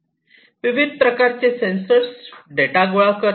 विविध प्रकारचे sensors data गोळा करतात